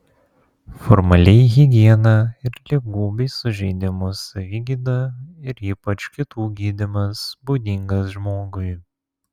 formaliai higiena ir ligų bei sužeidimų savigyda ir ypač kitų gydymas būdingas žmogui